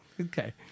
Okay